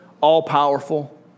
all-powerful